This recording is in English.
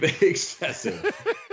excessive